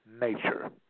nature